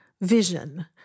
vision